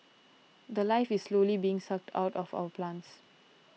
the Life is slowly being sucked out of our plants